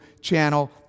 channel